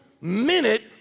minute